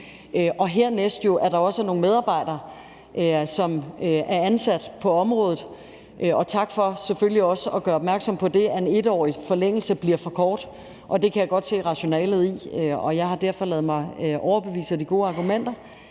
jo det, at der også er nogle medarbejdere, som er ansat på området. Og selvfølgelig også tak for at gøre opmærksom på, at en 1-årig forlængelse bliver for kort. Det kan jeg godt se rationalet i. Jeg har derfor ladet mig overbevise af de gode argumenter.